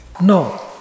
No